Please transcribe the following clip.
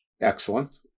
Excellent